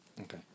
Okay